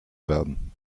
werden